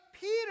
Peter